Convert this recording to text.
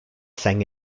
sang